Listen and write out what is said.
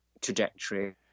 trajectory